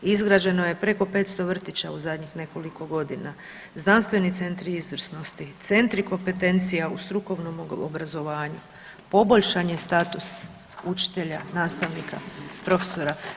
Izgrađeno je preko 500 vrtića u zadnjih nekoliko godina, znanstveni centri izvrsnosti, centri kompetencija u strukovnom obrazovanju, poboljšan je status učitelja, nastavnika, profesora.